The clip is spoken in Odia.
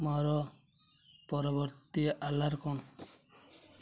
ମୋର ପରବର୍ତ୍ତୀ ଆଲାର୍ କ'ଣ